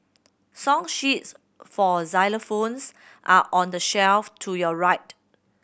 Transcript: song sheets for xylophones are on the shelf to your right